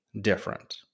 different